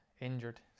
injured